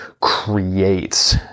creates